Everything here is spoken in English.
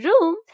room